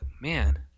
man